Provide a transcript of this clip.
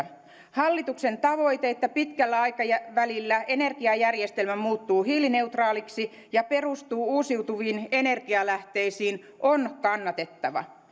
hallituksen se tavoite että pitkällä aikavälillä energiajärjestelmä muuttuu hiilineutraaliksi ja perustuu uusiutuviin energialähteisiin on kannatettava